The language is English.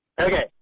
Okay